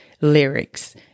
lyrics